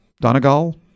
Donegal